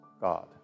God